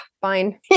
fine